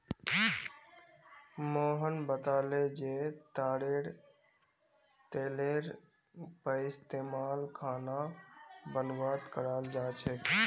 मोहन बताले जे तारेर तेलेर पइस्तमाल खाना बनव्वात कराल जा छेक